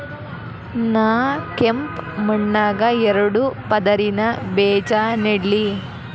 ನಾ ಕೆಂಪ್ ಮಣ್ಣಾಗ ಎರಡು ಪದರಿನ ಬೇಜಾ ನೆಡ್ಲಿ?